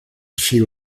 she